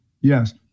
Yes